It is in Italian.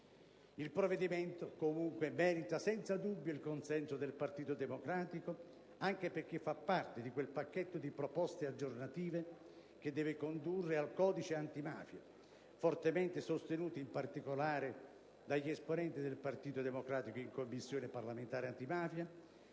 il provvedimento merita senza dubbio il consenso del Gruppo del Partito Democratico, anche perché fa parte di quel pacchetto di proposte aggiornative che deve condurre al codice antimafia, fortemente sostenuto in particolare dagli esponenti del Partito Democratico in Commissione parlamentare antimafia,